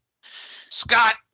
Scott